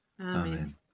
Amen